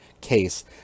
case